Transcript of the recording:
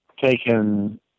taken –